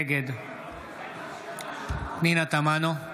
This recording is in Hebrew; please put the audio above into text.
נגד פנינה תמנו,